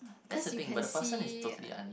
cause you can see